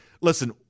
listen